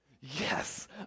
Yes